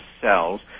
cells